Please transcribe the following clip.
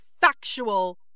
factual